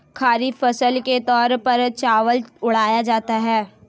खरीफ फसल के तौर पर चावल उड़ाया जाता है